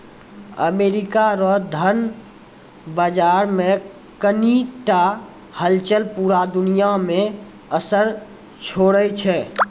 America रो धन बाजार मे कनी टा हलचल पूरा दुनिया मे असर छोड़ै छै